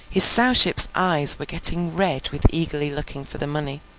his sowship's eyes were getting red with eagerly looking for the money,